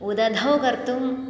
उदधौ कर्तुं